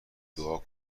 دعا